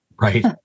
Right